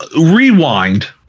rewind